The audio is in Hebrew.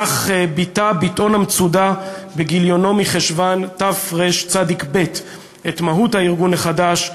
כך ביטא ביטאון "המצודה" בגיליון מרחשוון תרצ"ב את מהות הארגון החדש,